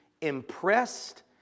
impressed